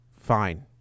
fine